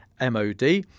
MOD